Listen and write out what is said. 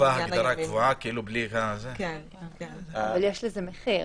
יש לזה מחיר.